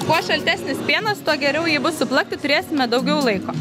kuo šaltesnis pienas tuo geriau jį bus suplakti turėsime daugiau laiko